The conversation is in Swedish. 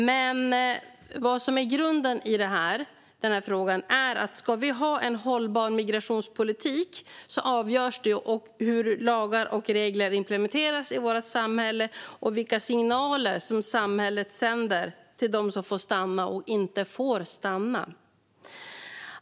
Men vad som är grunden i den här frågan är att en hållbar migrationspolitik avgörs av hur lagar och regler implementeras i vårt samhälle och vilka signaler som samhället sänder till dem som får stanna respektive inte får stanna.